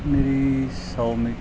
ਮੇਰੀ ਸੌ ਮੀਟਰ